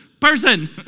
person